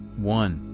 one.